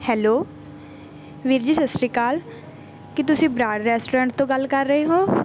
hello ਵੀਰ ਜੀ ਸਤਿ ਸ਼੍ਰੀ ਅਕਾਲ ਕੀ ਤੁਸੀਂ ਬਰਾੜ ਰੈਸਟੋਰੈਂਟ ਤੋਂ ਗੱਲ ਕਰ ਰਹੇ ਹੋ